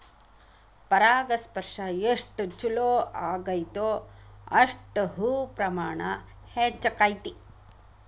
ಪರಾಗಸ್ಪರ್ಶ ಎಷ್ಟ ಚುಲೋ ಅಗೈತೋ ಅಷ್ಟ ಹೂ ಪ್ರಮಾಣ ಹೆಚ್ಚಕೈತಿ